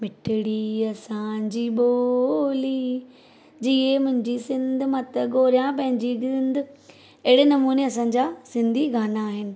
मिठड़ी असांजी ॿोली जिए मुंहिंजी सिंध मां त घोरियां पंहिंजी जींद अहिड़े नमूने असांजा सिन्धी गाना आहिनि